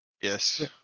Yes